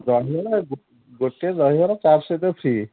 ଦହିବରା ଗୋଟେ ଦହିବରା ଚାଟ୍ ସହିତ ଫ୍ରି